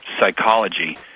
psychology